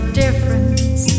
difference